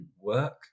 work